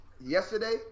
yesterday